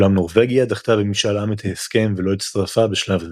אולם נורווגיה דחתה במשאל עם את ההסכם ולא הצטרפה בשלב זה.